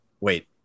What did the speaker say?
wait